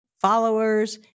followers